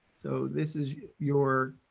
so this is your